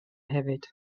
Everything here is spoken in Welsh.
hefyd